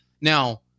Now